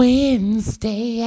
Wednesday